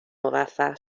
موفق